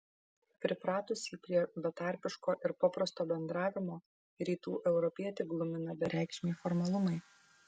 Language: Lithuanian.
pripratusį prie betarpiško ir paprasto bendravimo rytų europietį glumina bereikšmiai formalumai